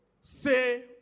say